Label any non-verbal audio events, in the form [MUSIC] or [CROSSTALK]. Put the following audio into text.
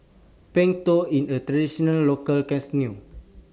Png Tao in A Traditional Local [UNINTELLIGIBLE]